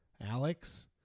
Alex